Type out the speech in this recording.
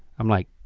i'm like,